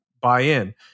buy-in